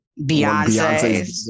Beyonce